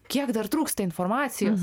kiek dar trūksta informacijos